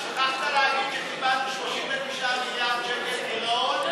רק שכחת להגיד שקיבלנו 39 מיליארד שקל גירעון,